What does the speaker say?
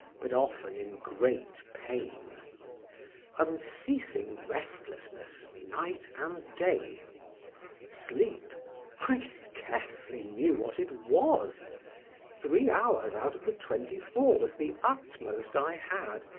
but often in great pain unceasing restlessness night and day sleep i scarcely knew what it was three hours out of the twenty-four was the utmost i had,